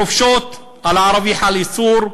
חופשות, על הערבי חל איסור,